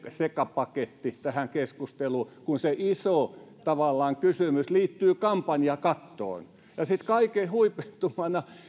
sekapaketti tähän keskusteluun kun se tavallaan iso kysymys liittyy kampanjakattoon sitten kaiken huipentumana